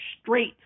straight